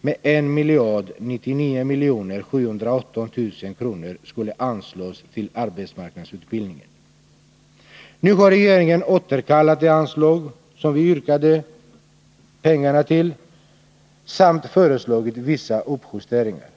med 1099 718 000 kr. förhöjt belopp skulle anslås till arbetsmarknadsutbildningen. Nu har regeringen återkallat det anslag som vi yrkade pengarna till samt föreslagit vissa uppjusteringar.